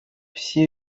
все